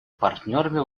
партнерами